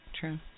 true